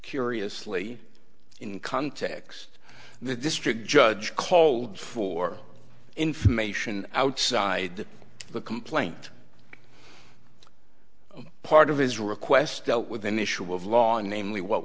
curiously in context the district judge called for information outside the complaint part of his request dealt with an issue of law and namely what